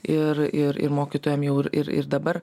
ir ir ir mokytojam jau ir ir dabar